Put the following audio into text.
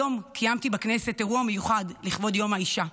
היום קיימתי בכנסת אירוע מיוחד לכבוד יום האישה,